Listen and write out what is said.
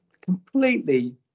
Completely